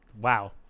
wow